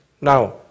Now